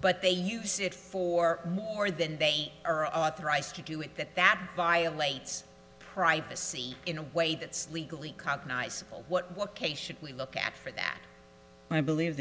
but they use it for more than they are authorized to do it that that violates privacy in a way that's legally cognize what what case should we look at for that i believe